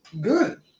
good